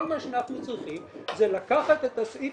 כל מה שאנחנו צריכים זה לקחת את הסעיף